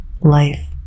life